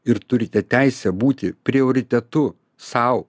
ir turite teisę būti prioritetu sau